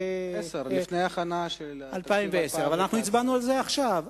לפני ההכנה של תקציב 2011. הצבענו על זה עכשיו.